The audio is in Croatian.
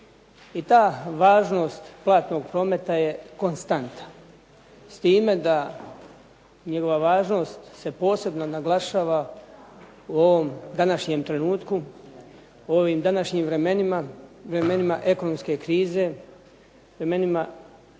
I ta važnost platnog prometa je konstanta s time da njegova važnost se posebno naglašava u ovom današnjem trenutku, u ovim današnjim vremenima ekonomske krize upravljanja,